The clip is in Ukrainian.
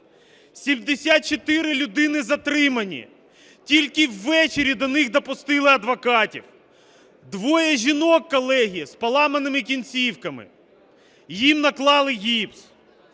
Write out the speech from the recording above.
74 людини затримані. Тільки ввечері до них допустили адвокатів. Двоє жінок, колеги, з поламаними кінцівками, їм наклали гіпс.